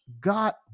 got